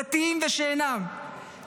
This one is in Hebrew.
דתיים ושאינם דתיים,